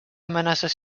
amenaces